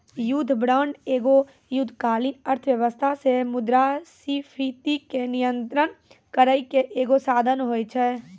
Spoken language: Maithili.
युद्ध बांड एगो युद्धकालीन अर्थव्यवस्था से मुद्रास्फीति के नियंत्रण करै के एगो साधन होय छै